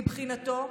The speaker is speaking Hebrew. מבחינתו,